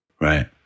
right